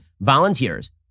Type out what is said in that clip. volunteers